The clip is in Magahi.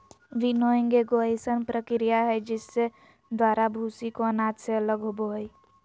विनोइंग एगो अइसन प्रक्रिया हइ जिसके द्वारा भूसी को अनाज से अलग होबो हइ